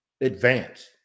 advance